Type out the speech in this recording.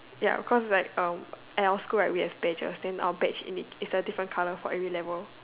ya cause like um at our school right we have badges then our batch in it is a different colour for every level